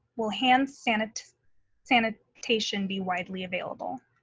will hand sanitation sanitation be widely available?